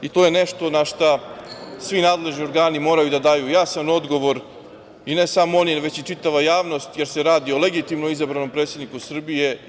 I to je nešto na šta svi nadležni organi moraju da daju jasan odgovor i ne samo oni već i čitava javnost, jer se radi o legitimno izabranom predsedniku Srbije.